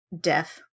death